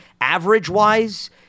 average-wise